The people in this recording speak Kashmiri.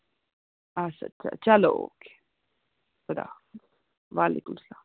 اَسا تہٕ چلو اوکے خُدا حافظ والیکُم السلام